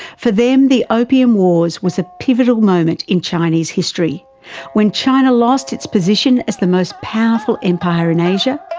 for them, the opium wars was a pivotal moment in chinese history when china lost its position as the most powerful empire in asia,